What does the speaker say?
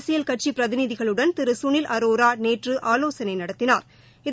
அரசியல் கட்சி பிரதிநிதிகளுடன் திரு சுனில் அரோரா நேற்று ஆலோசனை நடத்தினாா்